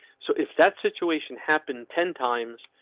so if that situation happened ten times,